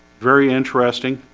very interesting